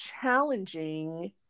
challenging